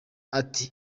ati